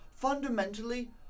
fundamentally